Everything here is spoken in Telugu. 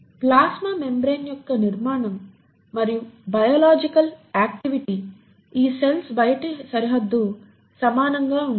ప్లాస్మా మెంబ్రేన్ యొక్క నిర్మాణం మరియు బయోలాజికల్ ఆక్టివిటీ ఈ సెల్స్ బయటి సరిహద్దు సమానంగా ఉంటాయి